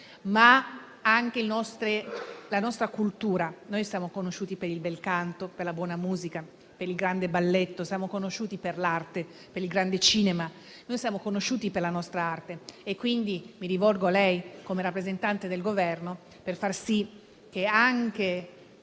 ma anche alla nostra cultura. Siamo conosciuti per il bel canto, per la buona musica, per il grande balletto; siamo conosciuti per l'arte, per il grande cinema. Siamo conosciuti per la nostra arte. Quindi mi rivolgo a lei, come rappresentante del Governo, per far sì che anche